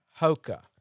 Hoka